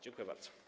Dziękuję bardzo.